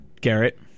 Garrett